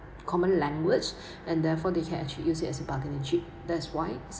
common language and therefore they can actually used it as a bargaining chip that's why